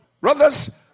Brothers